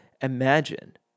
imagine